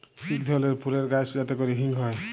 ইক ধরলের ফুলের গাহাচ যাতে ক্যরে হিং হ্যয়